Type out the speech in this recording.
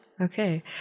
Okay